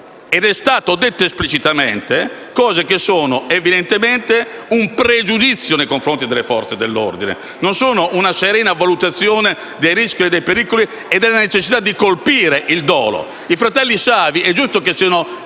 sono state dette esplicitamente cose che sono evidentemente un pregiudizio nei confronti delle Forze dell'ordine e non una serena valutazione dei rischi, dei pericoli e della necessità di colpire il dolo. I fratelli Savi è giusto che siano